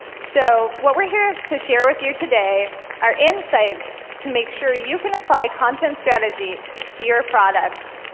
so what we're here to share with you today are insights to make sure you can apply content strategy to your product.